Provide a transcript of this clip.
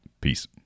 Peace